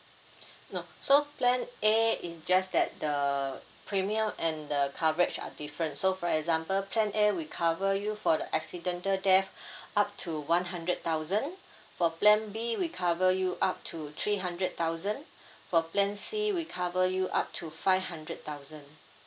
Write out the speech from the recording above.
nope so plan A is just that the premium and the coverage are different so for example plan A we cover you for the accidental death up to one hundred thousand for plan B we cover you up to three hundred thousand for plan C we cover you up to five hundred thousand